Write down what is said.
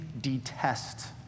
detest